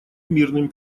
мирным